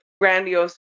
grandiose